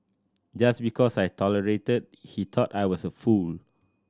just because I tolerated he thought I was a fool